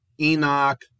Enoch